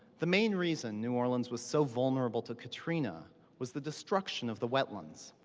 the main reason new orleans was so vulnerable to katrina was the destruction of the wetlands.